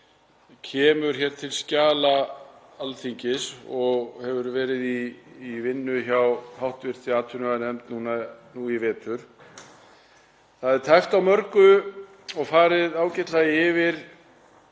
kemur hér til skjala Alþingis og hefur verið í vinnslu hjá hv. atvinnuveganefnd nú í vetur. Það er tæpt á mörgu og farið ágætlega yfir